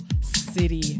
city